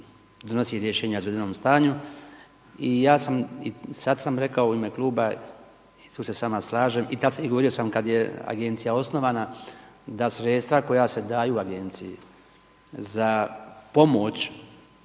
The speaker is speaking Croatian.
donosi rješenja o izvedenom stanju i ja sam i sada sam rekao u ime kluba i tu se s vama slažem i govorio sam kada je agencija koja je osnovana, da sredstva koja se daju agenciji za pomoć